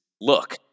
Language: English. look